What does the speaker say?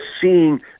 seeing